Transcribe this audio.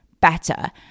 better